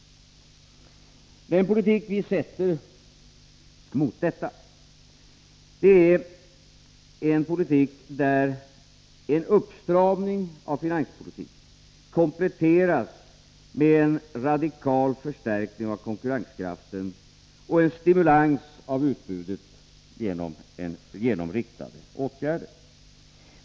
Den politik vi sätter emot detta är en politik där en uppstramning av finanspolitiken kompletteras med en radikal förstärkning av konkurrenskraften och en stimulans av utbudet genom riktade åtgärder.